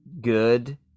good